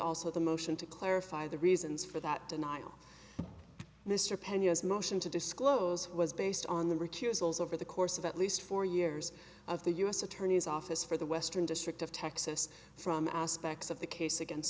also the motion to clarify the reasons for that denial mr pena as motion to disclose was based on the refusals over the course of at least four years of the u s attorney's office for the western district of texas from aspects of the case against